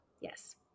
Yes